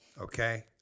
Okay